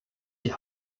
die